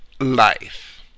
life